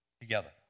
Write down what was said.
Together